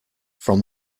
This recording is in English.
from